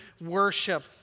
worship